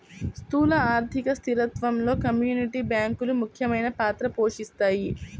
స్థూల ఆర్థిక స్థిరత్వంలో కమ్యూనిటీ బ్యాంకులు ముఖ్యమైన పాత్ర పోషిస్తాయి